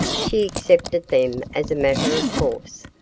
she accepted them as a matter of course,